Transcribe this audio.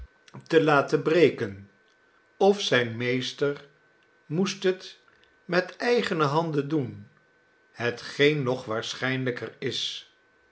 stralende en ken of zijn meester moest het met eigene handen doen hetgeen nog waarschijnlijker is